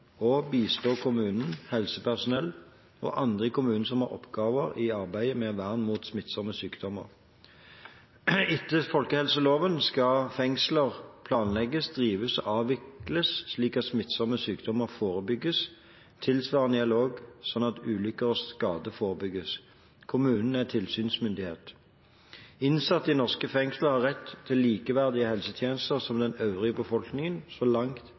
og «bistå kommunen, helsepersonell og andre i kommunen som har oppgaver i arbeidet med vern mot smittsomme sykdommer». Etter folkehelseloven skal fengsler planlegges, drives og avvikles slik at smittsomme sykdommer forebygges. Tilsvarende gjelder også slik at ulykker og skader forebygges. Kommunen er tilsynsmyndighet. Innsatte i norske fengsler har rett til likeverdige helsetjenester som den øvrige befolkningen så langt